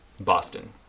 Boston